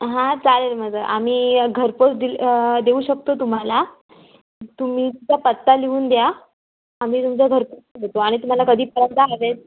हां चालेल मग आम्ही घरपोच डील देऊ शकतो तुम्हाला तुम्ही तुमचा पत्ता लिहून द्या आम्ही तुमच्या घरपोच देतो आणि तुम्हाला कधीपर्यंत हवे आहेत